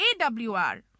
AWR